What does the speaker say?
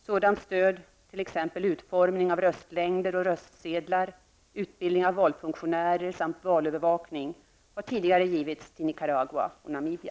Sådant stöd, t.ex. utformning av röstlängder och röstsedlar, utbildning av valfunktionärer samt valövervakning, har tidigare inte givits till Nicaragua och Namibia.